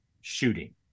shooting